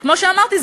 כמו שאמרתי,